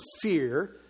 fear